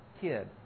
kid